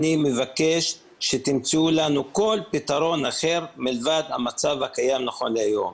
אני מבקש שתמצאו לנו כל פתרון אחר מלבד המצב הקיים נכון להיום.